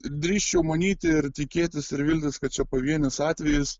drįsčiau manyti ir tikėtis ir viltis kad čia pavienis atvejis